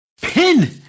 pin